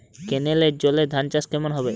কেনেলের জলে ধানচাষ কেমন হবে?